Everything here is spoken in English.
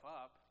up